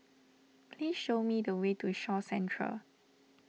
please show me the way to Shaw Centre